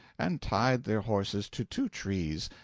and tied their horses to two trees,